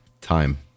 time